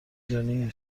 دونی